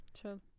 chill